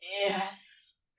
yes